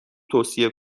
توصیه